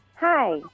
Hi